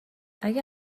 اگه